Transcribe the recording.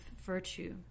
virtue